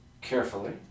carefully